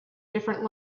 different